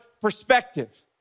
perspective